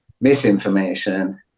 misinformation